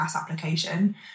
application